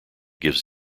gives